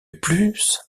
plus